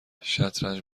شطرنج